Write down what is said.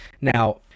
now